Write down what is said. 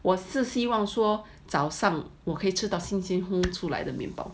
我是希望说早上我可以吃到新鲜烘出来的面包